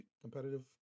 competitive